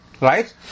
Right